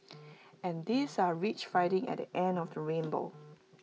and these are rich findings at the end of the rainbow